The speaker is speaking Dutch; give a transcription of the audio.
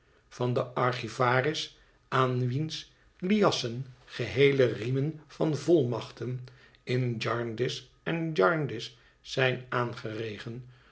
van den archivaris aan wiens liassen geheele riemen van volmachten in jarndyce en jarndyce zijn aangeregen